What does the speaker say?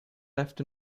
left